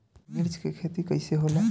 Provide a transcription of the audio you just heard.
मिर्च के खेती कईसे होला?